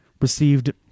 received